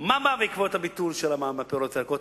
מה בא בעקבות הביטול של המע"מ על פירות וירקות,